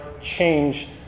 change